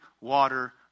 water